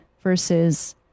versus